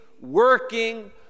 working